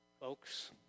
folks